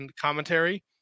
commentary